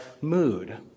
mood